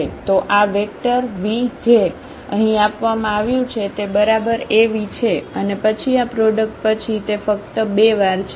તો a vector v જે અહીં આપવામાં આવ્યું છે તે બરાબર Av છે અને પછી આ પ્રોડક્ટ પછી તે ફક્ત 2 વાર છે